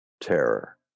terror